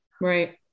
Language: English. Right